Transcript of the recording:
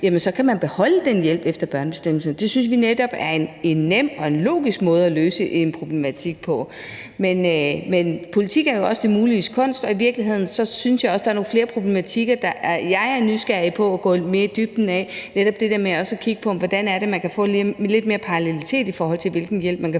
jamen så kan du beholde den hjælp efter børnebestemmelserne. Det synes vi netop er en nem og en logisk måde at løse en problematik på. Men politik er jo også det muliges kunst, og i virkeligheden synes jeg også, at der er nogle flere problematikker, jeg er nysgerrig efter at gå mere i dybden med, netop det der med også at kigge på, hvordan man kan få lidt mere parallelitet, i forhold til hvilken hjælp man kan